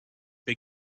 big